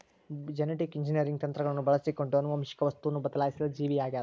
genetic engineering ತಂತ್ರಗಳನ್ನು ಬಳಸಿಕೊಂಡು ಆನುವಂಶಿಕ ವಸ್ತುವನ್ನು ಬದಲಾಯಿಸಿದ ಜೀವಿಯಾಗಿದ